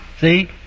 see